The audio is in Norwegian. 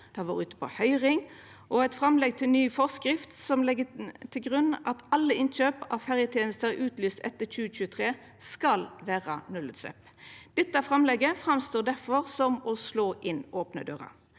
Det har vore ute på høyring, og eit framlegg til ny forskrift legg til grunn at alle innkjøp av ferjetenester lyste ut etter 2023, skal vera nullutslepp. Dette framlegget framstår difor som å slå inn opne dører.